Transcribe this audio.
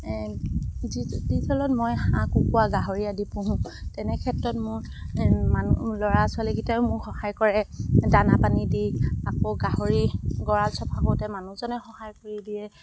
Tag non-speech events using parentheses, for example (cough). (unintelligible) মই হাঁহ কুকুৰা গাহৰি আদি পোহোঁ তেনে ক্ষেত্ৰত মোৰ মানুহ ল'ৰা ছোৱালীকেইটায়ো মোক সহায় কৰে দানা পানী দি আকৌ গাহৰি গঁৰাল চফা কৰোঁতে মানুহজনে সহায় কৰি দিয়ে